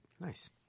Nice